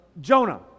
Jonah